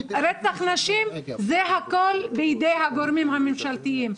רצח נשים זה הכל בידי הגורמים הממשלתיים.